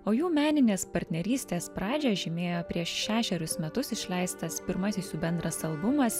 o jų meninės partnerystės pradžią žymėjo prieš šešerius metus išleistas pirmasis jų bendras albumas